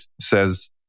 says